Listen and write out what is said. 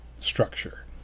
structure